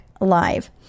Live